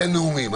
אין נאומים.